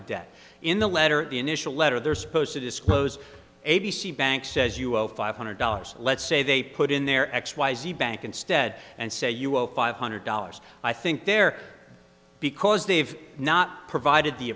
d debt in the letter the initial letter they're supposed to disclose a b c bank says you five hundred dollars let's say they put in their x y z bank instead and say you owe five hundred dollars i think there because they've not provided the